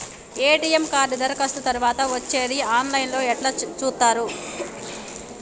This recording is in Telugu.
ఎ.టి.ఎమ్ కార్డు దరఖాస్తు తరువాత వచ్చేది ఆన్ లైన్ లో ఎట్ల చూత్తరు?